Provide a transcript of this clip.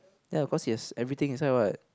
ya of course it has everything inside what